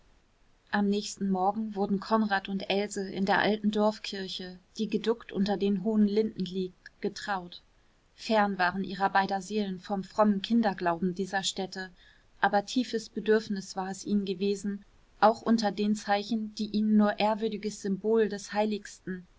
am nächsten morgen wurden konrad und else in der alten dorfkirche die geduckt unter den hohen linden liegt getraut fern waren ihrer beider seelen vom frommen kinderglauben dieser stätte aber tiefes bedürfnis war es ihnen gewesen auch unter den zeichen die ihnen nur ehrwürdiges symbol des heiligsten